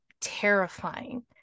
terrifying